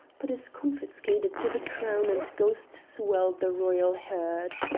but is confiscated to the crown and goes to swell the royal herd.